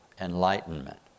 enlightenment